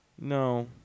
no